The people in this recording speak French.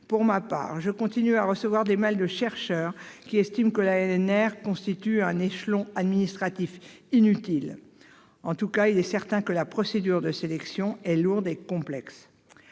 Pour ma part, je continue à recevoir des mails de chercheurs qui estiment que l'ANR constitue un échelon administratif inutile. En tous cas, il est certain que la procédure de sélection est lourde et complexe.